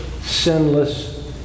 sinless